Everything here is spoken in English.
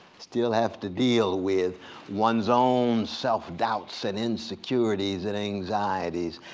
still have to deal with one's own self-doubts and insecurities and anxieties,